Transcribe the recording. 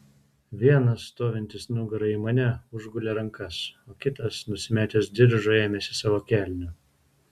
vienas stovintis nugara į mane užgulė rankas o kitas nusimetęs diržą ėmėsi savo kelnių